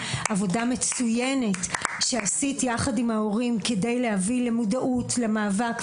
עבודה מצוינת שעשית יחד עם ההורים כדי להביא למודעות למאבק,